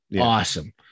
Awesome